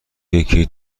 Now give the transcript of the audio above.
یکی